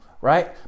right